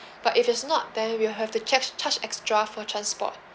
but if it's not then we'll have to charge charge extra for transport